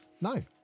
No